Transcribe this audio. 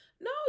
No